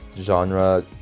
genre